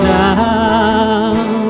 down